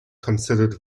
considered